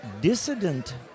dissident